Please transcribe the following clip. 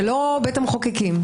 זה לא בית המחוקקים.